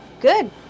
Good